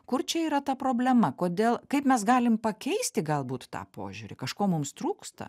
kur čia yra ta problema kodėl kaip mes galim pakeisti galbūt tą požiūrį kažko mums trūksta